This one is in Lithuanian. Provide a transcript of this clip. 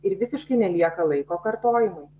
ir visiškai nelieka laiko kartojimui